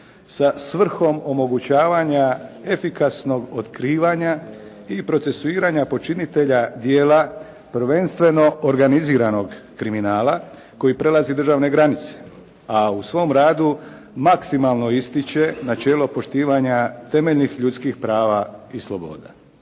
sa svrhom omogućavanja efikasnog otkrivanja i procesuiranja počinitelja djela prvenstveno organiziranog kriminala koji prelazi državne granice, a u svom radu maksimalno ističe načelo poštivanja temeljnih ljudskih prava i sloboda.